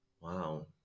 Wow